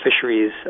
Fisheries